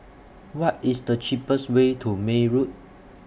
What IS The cheapest Way to May Road